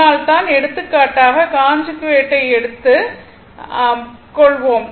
அதனால்தான் எடுத்துக்காட்டாக கான்ஜுகேட்டை எடுத்துக் கொள்வோம்